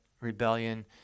rebellion